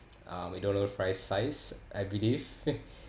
uh mcdonald fries size I believe